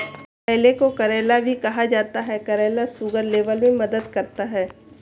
करेले को करेला भी कहा जाता है करेला शुगर लेवल में मदद करता है